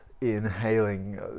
inhaling